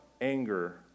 anger